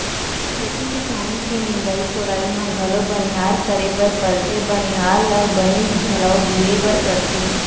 खेती किसानी के निंदाई कोड़ाई म घलौ बनिहार करे बर परथे बनिहार ल बनी घलौ दिये बर परथे